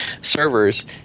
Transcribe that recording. servers